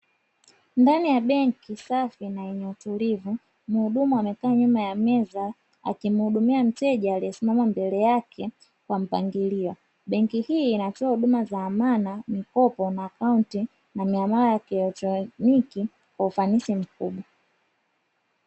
Ndani ya benki safi na yenye utulivu, muhudumu amekaa nyuma ya meza akimuhudumia mteja alie simama mbele yake kwa mpangilio, benki hii inatoa huduma za amana, mkopo na akaunti na miamala ya kielektoniki kwa ufanisi mkubwa.